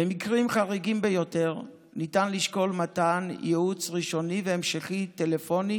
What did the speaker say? במקרים חריגים ביותר ניתן לשקול מתן ייעוץ ראשוני והמשכי טלפוני